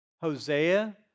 Hosea